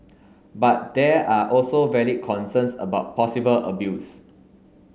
but there are also valid concerns about possible abuse